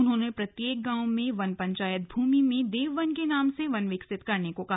उन्होंने प्रत्येक गांव में वन पंचायत भूमि में देव वन के नाम से वन विकसित करने को भी कहा